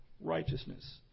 righteousness